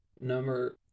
number